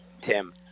Tim